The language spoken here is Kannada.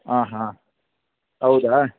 ಆಂ ಹಾಂ ಹೌದಾ